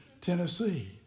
Tennessee